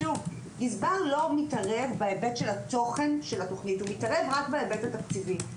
גזבר לא מתערב בהיבט של התוכן של התכנית; הוא מתערב רק בהיבט התקציבי.